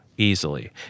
easily